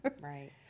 right